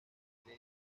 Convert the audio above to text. entre